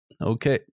Okay